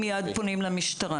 מיד פונים למשטרה.